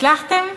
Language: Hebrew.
הצלחתם?